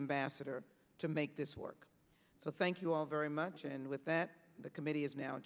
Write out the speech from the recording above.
ambassador to make this work so thank you all very much and with that the committee is now